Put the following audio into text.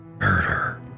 Murder